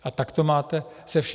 A tak to máte se vším.